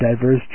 diverse